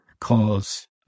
cause